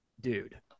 dude